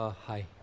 ah hi.